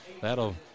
that'll